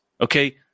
Okay